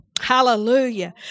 hallelujah